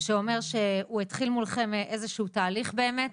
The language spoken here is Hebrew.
שאומר שהוא התחיל מולכם איזה שהוא תהליך באמת.